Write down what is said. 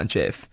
Jeff